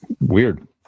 Weird